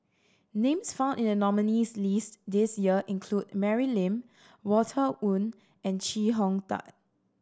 names found in the nominees' list this year include Mary Lim Walter Woon and Chee Hong Tat